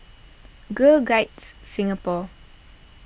Girl Guides Singapore